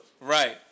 Right